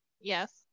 Yes